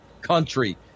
country